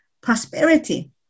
prosperity